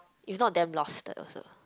if not damn lost also